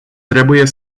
trebuie